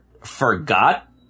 forgot